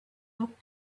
looked